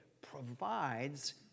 provides